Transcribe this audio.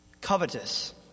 Covetous